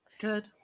Good